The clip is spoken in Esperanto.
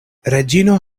reĝino